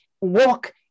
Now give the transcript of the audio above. walk